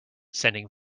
sending